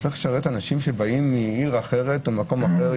צריך לשרת אנשים שבאים מעיר אחרת או ממקום אחר,